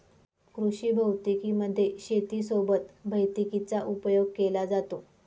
कृषी भौतिकी मध्ये शेती सोबत भैतिकीचा उपयोग केला जातो